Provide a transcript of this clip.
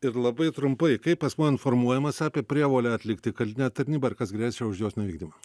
ir labai trumpai kaip asmuo informuojamas apie prievolę atlikti karinę tarnybą ir kas gresia už jos nevykdymą